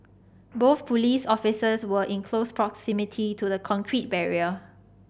both police officers were in close proximity to the concrete barrier